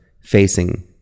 facing